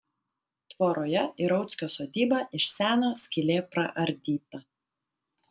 tvoroje į rauckio sodybą iš seno skylė praardyta